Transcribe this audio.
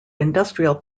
industrial